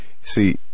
See